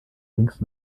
links